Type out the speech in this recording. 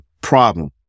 problem